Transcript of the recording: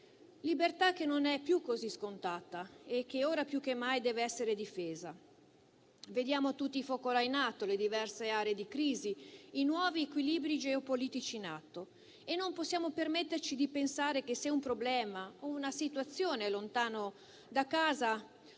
libertà che non è più così scontata e che ora più che mai deve essere difesa. Vediamo tutti i focolai in atto, le diverse aree di crisi, i nuovi equilibri geopolitici in atto. E non possiamo permetterci di pensare che, se un problema o una situazione sono lontani da casa,